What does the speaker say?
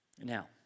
Now